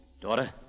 Daughter